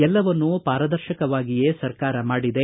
ಎಲ್ಲವನ್ನೂ ಪಾರದರ್ಶಕವಾಗಿಯೇ ಸರ್ಕಾರ ಮಾಡಿದೆ